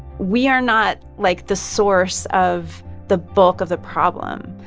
we are not, like, the source of the bulk of the problem,